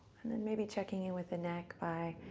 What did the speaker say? and then maybe checking in with the neck by